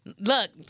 Look